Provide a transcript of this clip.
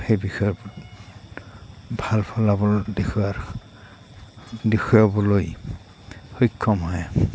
সেই বিষয়ত ভাল ফলাফল দেখুৱাৰ দেখুৱাবলৈ সক্ষম হয়